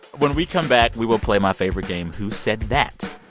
when we come back, we will play my favorite game who said that?